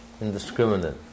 Indiscriminate